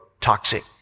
toxic